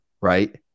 Right